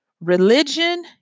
Religion